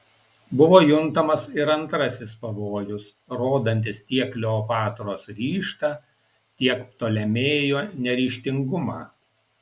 buvo juntamas ir antrasis pavojus rodantis tiek kleopatros ryžtą tiek ptolemėjo neryžtingumą